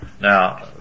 now